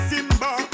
Simba